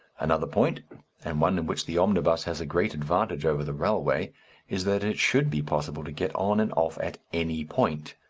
another point and one in which the omnibus has a great advantage over the railway is that it should be possible to get on and off at any point,